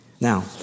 Now